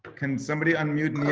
can somebody unmute. yes,